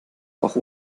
auch